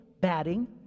batting